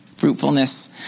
fruitfulness